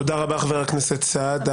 תודה רבה, חבר הכנסת סעדה.